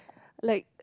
like